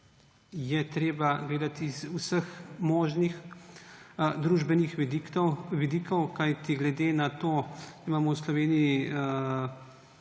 je treba gledati z vseh možnih družbenih vidikov. Glede na to da imamo v Sloveniji